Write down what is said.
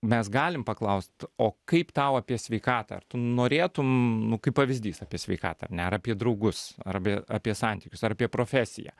mes galim paklaust o kaip tau apie sveikatą ar tu norėtum nu kaip pavyzdys apie sveikatą ar ne ar apie draugus ar abie apie santykius ar apie profesiją